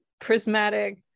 prismatic